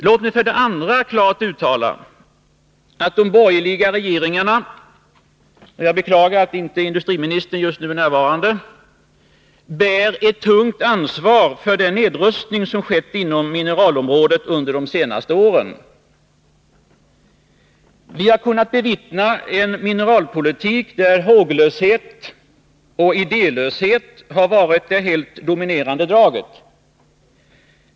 Låt mig sedan klart uttala att de borgerliga regeringarna — och jag beklagar att industriministern inte är närvarande just nu — bär ett tungt ansvar för den nedrustning som skett inom mineralområdet under de senaste åren. Vi har kunnat bevittna en mineralpolitik där håglöshet och idélöshet har varit det helt dominerande draget.